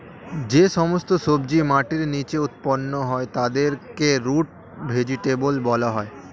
যে সমস্ত সবজি মাটির নিচে উৎপন্ন হয় তাদেরকে রুট ভেজিটেবল বলা হয়